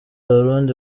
abarundi